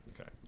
Okay